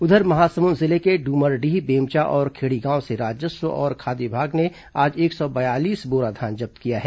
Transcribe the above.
उधर महासमुंद जिले के डूमरडीह बेमचा और खेड़ीगांव से राजस्व और खाद्य विभाग ने आज एक सौ बयालीस बोरा धान जब्त किया है